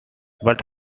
but